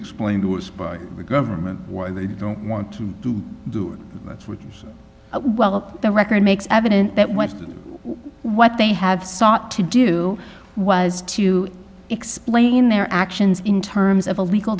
explained to us by the government why they don't want to do that for the record makes evident that what what they have sought to do was to explain their actions in terms of a legal